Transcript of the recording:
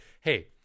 hey